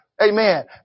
Amen